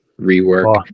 rework